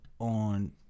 on